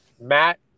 matt